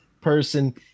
person